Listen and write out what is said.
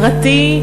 פרטי,